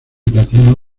platino